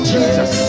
Jesus